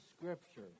scripture